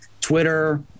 Twitter